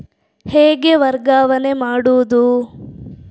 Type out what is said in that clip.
ಹೇಗೆ ವರ್ಗಾವಣೆ ಮಾಡುದು?